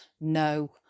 no